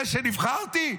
זה שנבחרתי,